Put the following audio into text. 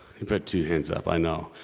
you put two hands up, i know.